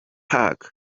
park